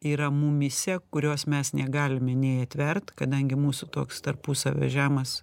yra mumyse kurios mes negalime nei atverti kadangi mūsų toks tarpusavio žemas